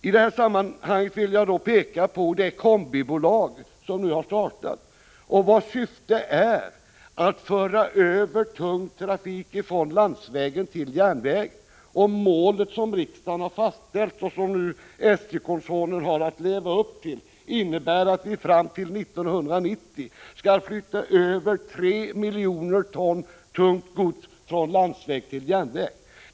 I detta sammanhang vill jag peka på det kombibolag som nu har startats och vars syfte är att föra över tung trafik från landsvägen till järnvägen. Det mål som riksdagen har fastställt, och som SJ-koncernen nu har att leva upp till, innebär att fram till 1990 över 3 miljoner ton tungt gods skall flyttas från landsväg till järnväg.